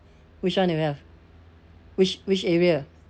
which one do you have which which area